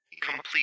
complete